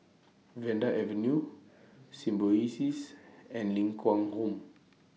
Vanda Avenue Symbiosis and Ling Kwang Home